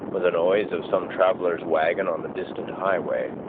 or the noise of some traveller's wagon on the distant highway,